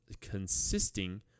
consisting